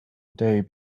day